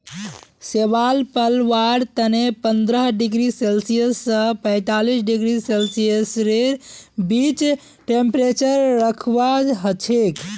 शैवाल पलवार तने पंद्रह डिग्री सेल्सियस स पैंतीस डिग्री सेल्सियसेर बीचत टेंपरेचर रखवा हछेक